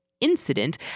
incident